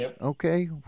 Okay